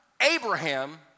Abraham